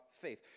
faith